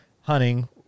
hunting